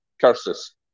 curses